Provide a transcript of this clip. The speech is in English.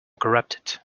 corrupted